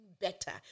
better